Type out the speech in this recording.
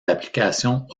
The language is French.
applications